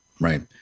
right